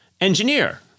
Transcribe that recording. engineer